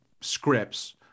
scripts